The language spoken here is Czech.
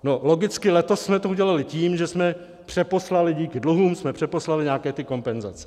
No, logicky letos jsme to udělali tím, že jsme přeposlali, díky dluhům jsme přeposlali nějaké ty kompenzace.